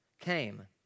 came